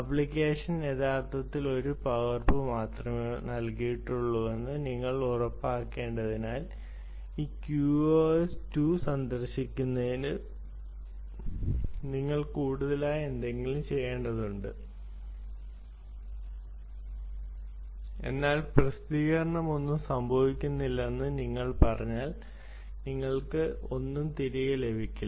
ആപ്ലിക്കേഷന് യഥാർത്ഥത്തിൽ ഒരു പകർപ്പ് മാത്രമേ നൽകിയിട്ടുള്ളൂവെന്ന് നിങ്ങൾ ഉറപ്പാക്കേണ്ടതിനാൽ ഈ QoS 2 സന്ദർശിക്കുന്നതിന് നിങ്ങൾ കൂടുതലായി എന്തെങ്കിലും ചെയ്യേണ്ടതുണ്ട് എന്നാൽ പ്രസിദ്ധീകരണമൊന്നും സംഭവിക്കുന്നില്ലെന്ന് നിങ്ങൾ പറഞ്ഞാൽ നിങ്ങൾക്ക് ഒന്നും തിരികെ ലഭിക്കില്ല